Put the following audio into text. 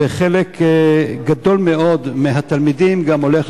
וחלק גדול מאוד מהתלמידים גם הולכים